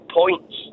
points